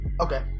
Okay